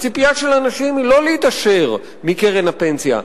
הציפייה של אנשים היא לא להתעשר מקרן הפנסיה.